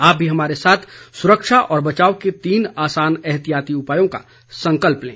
आप भी हमारे साथ सुरक्षा और बचाव के तीन आसान एहतियाती उपायों का संकल्प लें